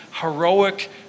heroic